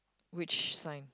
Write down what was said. which sign